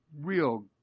real